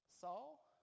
Saul